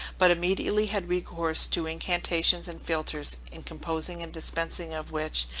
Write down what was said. but immediately had recourse to incantations and philtres in composing and dispensing of which,